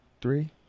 three